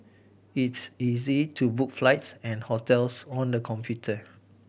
it's easy to book flights and hotels on the computer